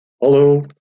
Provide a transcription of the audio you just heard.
Hello